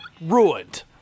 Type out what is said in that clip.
ruined